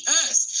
earth